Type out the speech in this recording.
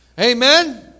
Amen